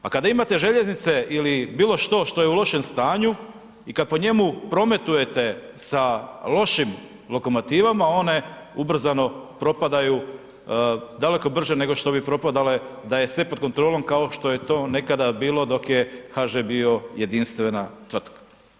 Pa kada imate željeznice ili bilo što, što je u lošem stanju i kad po njemu prometujete sa lošim lokomotivama, one ubrzano propadaju, daleko brže nego što bi propadale da je sve pod kontrolom kao što je to nekada bio dok je HŽ bio jedinstvena tvrtka.